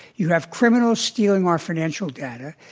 you have criminals stealing our financial data,